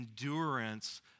endurance